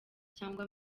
cyangwa